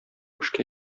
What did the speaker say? эшкә